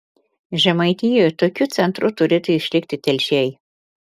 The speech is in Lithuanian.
žemaitijoje tokiu centru turėtų išlikti telšiai